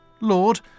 Lord